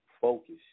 focus